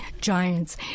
giants